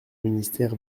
ministère